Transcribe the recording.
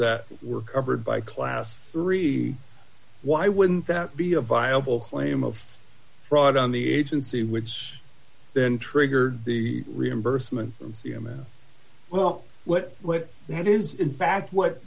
that were covered by class three why wouldn't that be a viable claim of fraud on the agency which then triggered the reimbursement from c m s well what but that is in fact what